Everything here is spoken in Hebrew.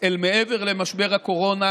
אל מעבר למשבר הקורונה,